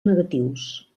negatius